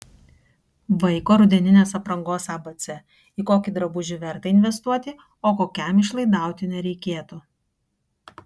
vaiko rudeninės aprangos abc į kokį drabužį verta investuoti o kokiam išlaidauti nereikėtų